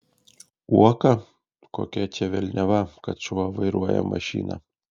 uoką kokia čia velniava kad šuo vairuoja mašiną